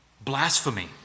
blasphemy